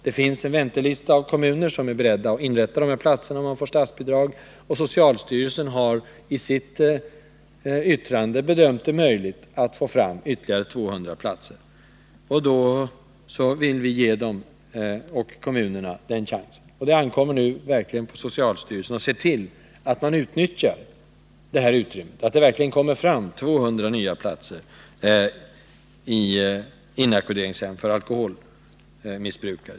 Det finns en väntelista med kommuner som är beredda att inrätta platser om de får statsbidrag, och socialstyrelsen har i sitt yttrande angivit att man bedömer det möjligt att få fram ytterligare 200 platser. Vi vill därför ge socialstyrelsen och kommunerna den chansen. Det ankommer sedan på socialstyrelsen att se till att det verkligen inrättas 200 nya platser i inackorderingshem för alkoholmissbrukare.